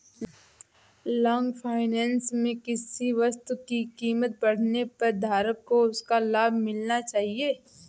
long finance में किसी वस्तु की कीमत बढ़ने पर धारक को उसका लाभ मिलना चाहिए